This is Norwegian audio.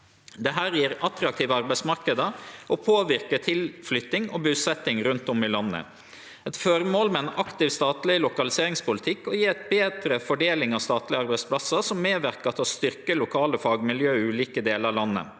Det gjev attraktive arbeidsmarknader og påverkar til flytting og busetjing rundt om i landet. Eit formål med ein aktiv statleg lokaliseringspolitikk er å gje ei betre fordeling av statlege arbeidsplassar, som medverkar til å styrke lokale fagmiljø i ulike delar av landet.